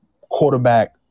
quarterback